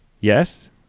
yes